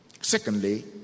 Secondly